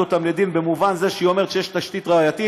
אותם לדין במובן זה שהיא אומרת שיש תשתית ראייתית.